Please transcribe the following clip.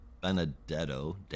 Benedetto